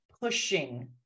pushing